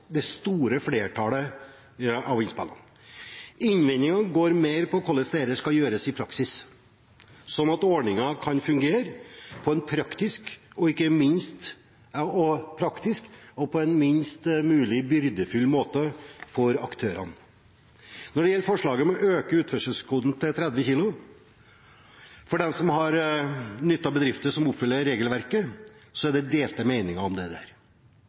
det store flertallet av innspillene. Innvendingene går mer på hvordan dette skal gjøres i praksis, slik at ordningen kan fungere på en praktisk og minst mulig byrdefull måte for aktørene. Når det gjelder forslaget om å øke utførselskvoten til 30 kg for dem som har benyttet bedrifter som oppfyller regelverket, er det delte meninger om det.